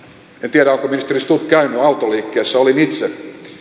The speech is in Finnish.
tiedä onko ministeri stubb käynyt autoliikkeessä olin itse